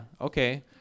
okay